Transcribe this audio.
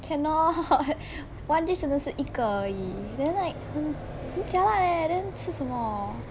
cannot one dish 真的是一个而已 then like 很很 jialat leh then 吃什么